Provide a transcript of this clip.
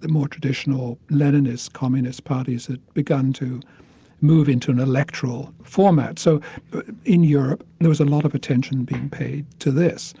the more traditional leninist communist parties that began to move into an electoral format. so in europe, there was a lot of attention being paid to this.